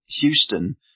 Houston